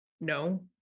no